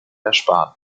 ersparen